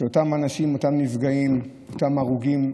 שאותם אנשים, אותם נפגעים, אותם הרוגים,